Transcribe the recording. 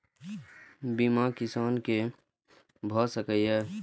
बीमा किसान कै भ सके ये?